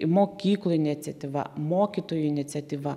mokykloj iniciatyva mokytojų iniciatyva